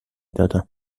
دادم